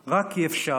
רק כי אפשר.